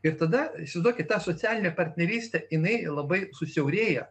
ir tada įsivaizduokit socialinė partnerystė jinai labai susiaurėja